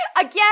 Again